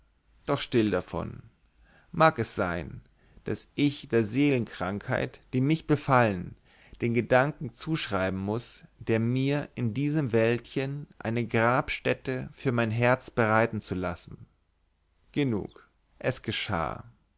doch still davon mag es sein daß ich der seelenkrankheit die mich befallen den gedanken zuschreiben muß mir in diesem wäldchen eine grabstätte für mein herz bereiten zu lassen genug es geschah